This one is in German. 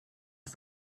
der